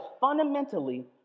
fundamentally